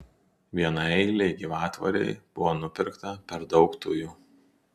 vienaeilei gyvatvorei buvo nupirkta per daug tujų